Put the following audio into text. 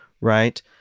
right